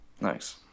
Nice